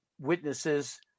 witnesses